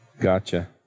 Gotcha